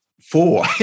four